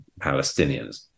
Palestinians